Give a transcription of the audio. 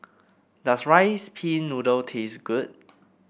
does rice pin noodle taste good